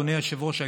אדוני היושב-ראש,